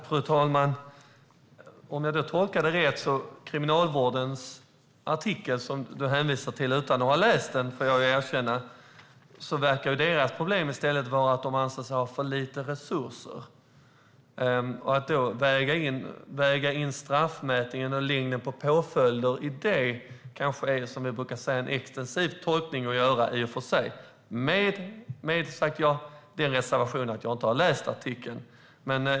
Fru talman! Utan att ha läst den artikel som Linda Snecker hänvisade till tycker jag att Kriminalvårdens problem snarare verkar vara att man anser sig ha för lite resurser. Att i det då väga in straffmätningen och påföljdslängder är kanske, som vi brukar säga, en extensiv tolkning - med reservation för att jag inte har läst artikeln.